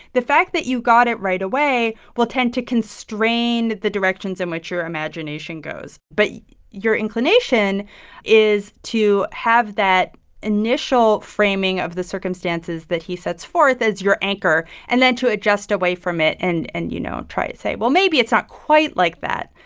the fact that you got it right away will tend to constrain the directions in which your imagination goes. but your inclination is to have that initial framing of the circumstances that he sets forth as your anchor, and then to adjust away from it and and, you know, try and say, well, maybe it's not quite like that,